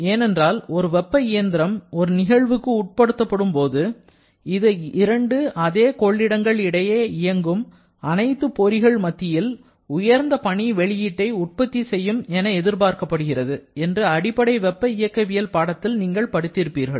ஏனென்றால் ஒரு வெப்ப இயந்திரம் ஒரு நிகழ்வுக்கு உட்படுத்தப்படும்போது இது இரண்டு அதே கொள்ளிடங்கள் இடையில் இயங்கும் அனைத்து பொறிகள் மத்தியில் உயர்ந்த பணி வெளியீட்டை உற்பத்தி செய்யும் என எதிர்பார்க்கப்படுகிறது என்று அடிப்படை வெப்ப இயக்கவியல் பாடத்தில் நீங்கள் படித்திருப்பீர்கள்